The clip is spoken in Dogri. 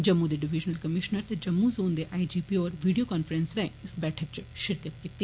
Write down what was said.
जम्मू दे डिविजनल कमीश्नर ते जम्मू जोन दे आईजीपी होरें वीडियो कांफ्रैंसिंग राए इस बैठका च शिरकत कीती